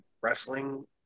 wrestling